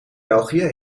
belgië